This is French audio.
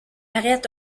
arrêtent